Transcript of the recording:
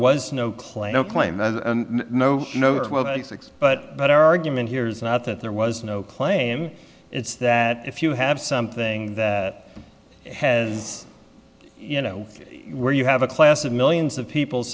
claim no six but that our argument here is not that there was no claim it's that if you have something that has you know where you have a class of millions of people